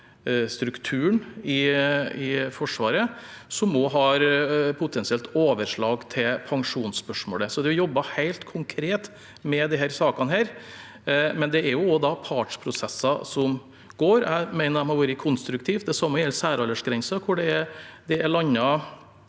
insentivstrukturen i Forsvaret, som også potensielt har overslag til pensjonsspørsmålet. Så det er jobbet helt konkret med disse sakene, men det er også partsprosesser som går, og jeg mener de har vært konstruktive. Det samme gjelder særaldersgrensen, hvor det er landet